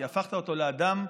כי הפכת אותו לאדם בודד,